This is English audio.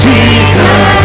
Jesus